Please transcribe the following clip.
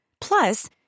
Plus